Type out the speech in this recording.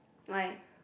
why